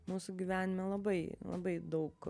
mūsų gyvenime labai labai daug